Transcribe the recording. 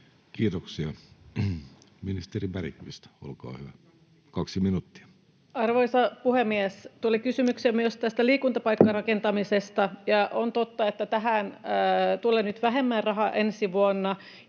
Kiitoksia. — Ministeri Bergqvist, olkaa hyvä, kaksi minuuttia. Arvoisa puhemies! Tuli kysymyksiä myös tästä liikuntapaikkarakentamisesta. On totta, että tähän tulee nyt vähemmän rahaa ensi vuonna,